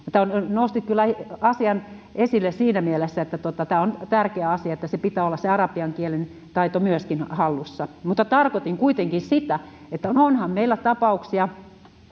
nostit kyllä asian esille siinä mielessä että tämä on tärkeä asia että pitää olla myöskin se arabian kielen taito hallussa mutta tarkoitin kuitenkin sitä että onhan meillä tapauksia